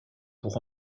pour